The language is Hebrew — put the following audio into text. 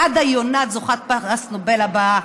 בעדה יונת זוכת פרס נובל הבאה.